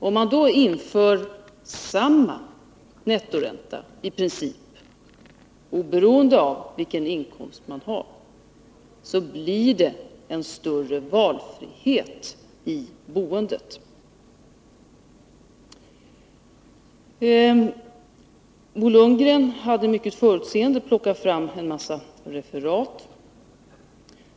Om man då inför i princip samma nettoränta, oberoende av inkomsten, blir det en större valfrihet i boendet. Bo Lundgren hade mycket förutseende plockat fram en massa referat.